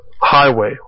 highway